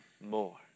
more